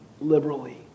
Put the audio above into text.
liberally